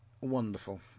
wonderful